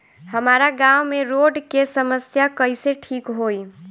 हमारा गाँव मे रोड के समस्या कइसे ठीक होई?